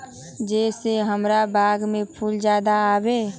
जे से हमार बाग में फुल ज्यादा आवे?